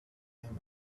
camels